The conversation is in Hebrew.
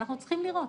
אנחנו צריכים לראות.